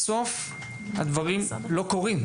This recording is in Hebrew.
אך בסוף, הדברים לא קורים.